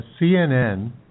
CNN